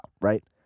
right